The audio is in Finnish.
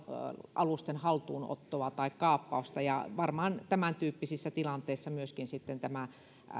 alusten haltuunottoa tai kaappausta varmaan tämäntyyppisissä tilanteissa myöskin sitten